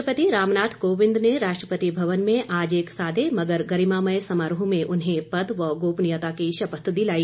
राष्ट्रपति रामनाथ कोविंद ने राष्ट्रपति भवन में एक सादे मगर गरिमामय समारोह में उन्हें पद व गोपनीयता की शपथ दिलाई